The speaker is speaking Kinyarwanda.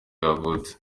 yavutse